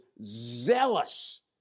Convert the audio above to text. zealous